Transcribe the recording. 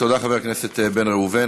תודה, חבר הכנסת בן ראובן.